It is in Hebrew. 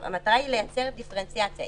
המטרה היא לייצר דיפרנציאציה.